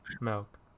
Milk